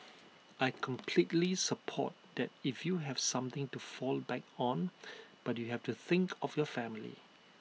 I completely support that if you have something to fall back on but you have to think of your family